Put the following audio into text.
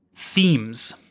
themes